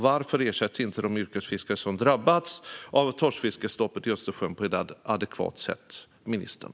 Varför ersätts inte de yrkesfiskare som drabbats av torskfiskestoppet i Östersjön på ett adekvat sätt, ministern?